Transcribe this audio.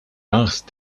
asked